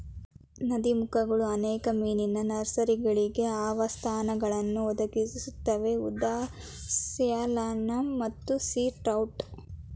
ನದೀಮುಖಗಳು ಅನೇಕ ಮೀನಿನ ನರ್ಸರಿಗಳಿಗೆ ಆವಾಸಸ್ಥಾನಗಳನ್ನು ಒದಗಿಸುತ್ವೆ ಉದಾ ಸ್ಯಾಲ್ಮನ್ ಮತ್ತು ಸೀ ಟ್ರೌಟ್